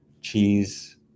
cheese